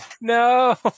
No